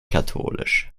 katholisch